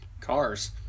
Cars